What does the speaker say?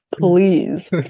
please